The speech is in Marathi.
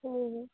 हो हो